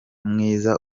mwiza